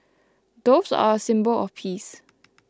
doves are a symbol of peace